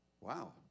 Wow